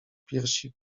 piersi